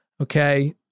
okay